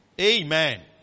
Amen